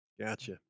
Gotcha